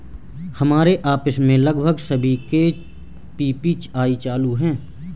हमारे ऑफिस में लगभग सभी के पी.पी.आई चालू है